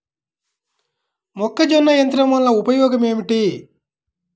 మొక్కజొన్న యంత్రం వలన ఉపయోగము ఏంటి?